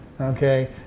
Okay